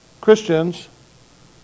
Christians